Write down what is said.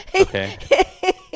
Okay